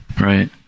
Right